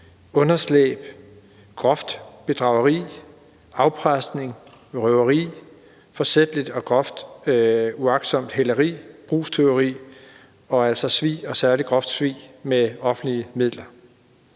underslæb, groft bedrageri, afpresning, røveri, forsætligt og groft uagtsomt hæleri, brugstyveri og altså svig og særlig groft svig med offentlige midler.